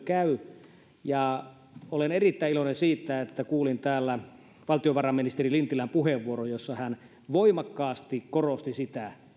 käy olen erittäin iloinen siitä että kuulin täällä valtiovarainministeri lintilän puheenvuoron jossa hän voimakkaasti korosti sitä